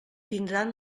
tindran